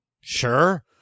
Sure